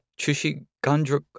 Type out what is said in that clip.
Chushigandruk